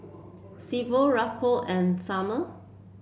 Silvio Raekwon and Summer